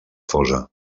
fosa